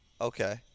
Okay